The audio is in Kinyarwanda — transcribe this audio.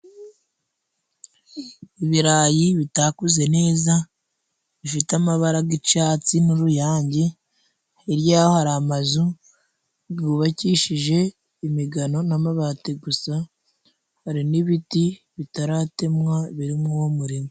Ibirayi bitakuze neza, bifite amabara y'icyatsi n'uruyange, hirya yaho hari amazu yubakishije imigano n'amabati gusa, hari n'ibiti bitaratemwa biri muri uwo murima.